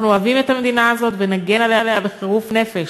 אנחנו אוהבים את המדינה הזו ונגן עליה בחירוף נפש,